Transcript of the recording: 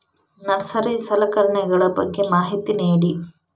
Nursery ಸಲಕರಣೆಗಳ ಬಗ್ಗೆ ಮಾಹಿತಿ ನೇಡಿ?